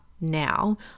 now